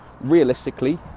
realistically